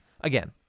Again